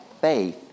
faith